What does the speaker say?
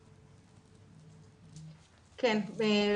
בבקשה.